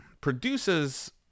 produces